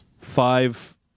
five